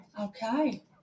Okay